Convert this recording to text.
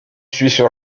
suisse